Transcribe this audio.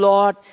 Lord